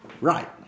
Right